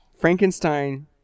Frankenstein